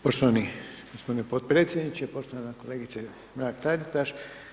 Poštovani gospodine podpredsjedniče, poštovana kolegice Mrak-Taritaš.